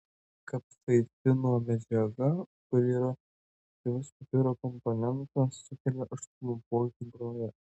kapsaicino medžiaga kuri yra aktyvus pipirų komponentas sukelia aštrumo pojūtį burnoje